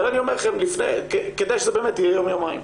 כדאי שזה באמת יהיה יום-יומיים.